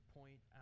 point